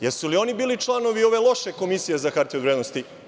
Jesu li oni bili članovi ove loše Komisije za hartije od vrednosti?